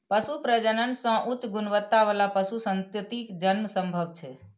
पशु प्रजनन सं उच्च गुणवत्ता बला पशु संततिक जन्म संभव छै